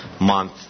month